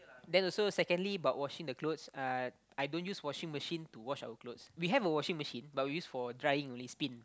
then also secondly about washing the clothes uh I don't use washing machine to wash our clothes we have a washing machine but we use for drying only spin